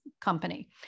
company